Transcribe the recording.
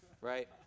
right